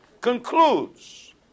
concludes